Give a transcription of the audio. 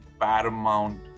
paramount